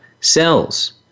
cells